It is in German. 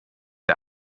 der